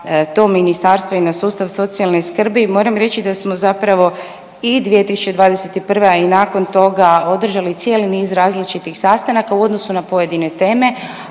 to ministarstvo i na sustav socijalne skrbi moram reći da smo zapravo i 2021., a i nakon toga održali cijeli niz različitih sastanaka u odnosu na pojedine teme,